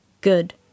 Good